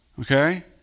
Okay